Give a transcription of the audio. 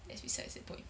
that's besides the point